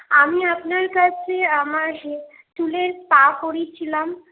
আমি আপনার কাছে আমার হে চুলের স্পা করিয়েছিলাম